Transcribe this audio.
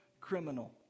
criminal